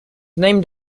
named